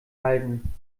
halten